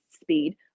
speed